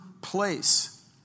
place